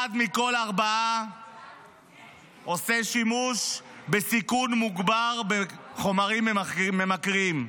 אחד מכל ארבעה עושה שימוש בסיכון מוגבר בחומרים ממכרים,